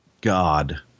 God